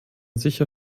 sicher